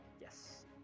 Yes